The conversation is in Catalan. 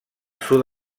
sud